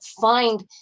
find